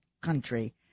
country